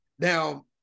Now